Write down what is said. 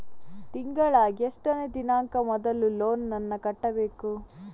ತಿಂಗಳ ಎಷ್ಟನೇ ದಿನಾಂಕ ಮೊದಲು ಲೋನ್ ನನ್ನ ಕಟ್ಟಬೇಕು?